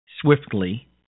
swiftly